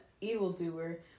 evildoer